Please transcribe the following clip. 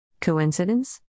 Coincidence